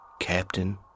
Captain